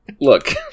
Look